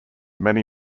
many